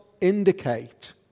indicate